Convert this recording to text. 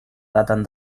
daten